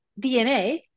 DNA